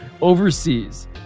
overseas